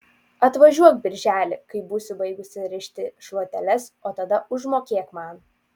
atvažiuok birželį kai būsiu baigusi rišti šluoteles o tada užmokėk man